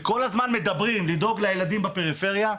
כל הזמן מדברים על הצורך לדאוג לילדי הפריפריה,